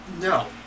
No